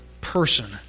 person